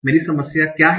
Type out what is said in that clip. मेरी समस्या क्या है